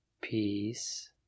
Peace